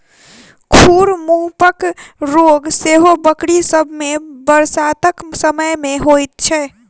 खुर मुँहपक रोग सेहो बकरी सभ मे बरसातक समय मे होइत छै